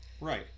Right